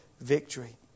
victory